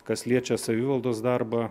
kas liečia savivaldos darbą